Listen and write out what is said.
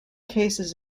cases